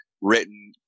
written